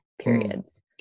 periods